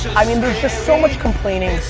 i mean there's just so much complaining,